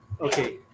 Okay